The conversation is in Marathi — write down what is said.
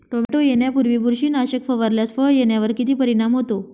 टोमॅटो येण्यापूर्वी बुरशीनाशक फवारल्यास फळ येण्यावर किती परिणाम होतो?